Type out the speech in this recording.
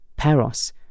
Peros